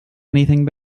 anything